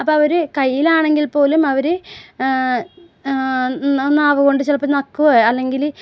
അപ്പം അവർ കയ്യിലാണെങ്കിൽപ്പോലും അവര് നാവ്കൊണ്ട് ചിലപ്പോൾ നക്കുകയോ അല്ലെങ്കില്